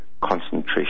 concentration